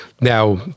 now